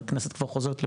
הכנסת כבר חוזרת לפעילות,